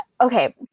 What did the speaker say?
okay